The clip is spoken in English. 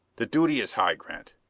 the duty is high, grant.